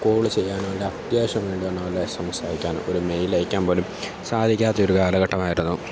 call ചെയ്യാനോ ഒരത്യാവശ്യം വേണ്ടി വന്നാൽ വല്ല എസ് എം എസ് അയക്കാനോ ഒരു മെയിലയയ്ക്കാൻ പോലും സാധിക്കാത്തയൊരു കാലഘട്ടമായിരുന്നു